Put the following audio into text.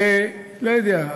שלא יודע,